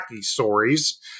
stories